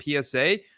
PSA